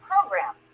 program